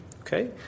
Okay